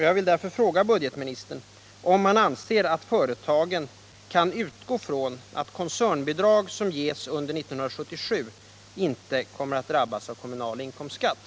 Jag vill därför fråga budgetministern om han anser att företagen kan utgå från att koncernbidrag som ges under 1977 inte kommer att drabbas av kommunal inkomstskatt.